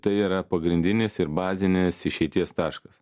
tai yra pagrindinis ir bazinis išeities taškas